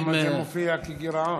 למה זה מופיע כגירעון?